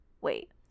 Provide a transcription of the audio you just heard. Wait